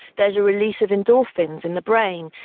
there is a release of endorphins in the brain.